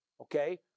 okay